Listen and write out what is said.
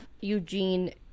Eugene